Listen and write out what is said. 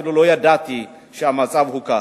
אפילו לא ידעתי שהמצב הוא כך.